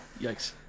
yikes